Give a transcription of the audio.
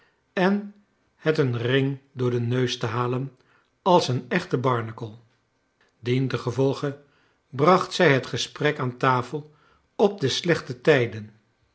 en het een ring door den neus te halen als een echte barnacle dientengevolge bracht zij het gesprek aan tafel op de slechte tijden